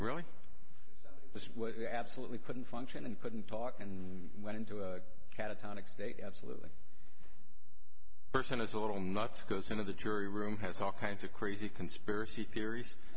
really was absolutely couldn't function and couldn't talk and went into a catatonic state absolutely person is a little nuts goes into the jury room has all kinds of crazy conspiracy theories